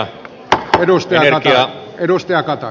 edustaja kataja pieni hetki